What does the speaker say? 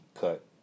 cut